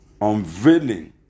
unveiling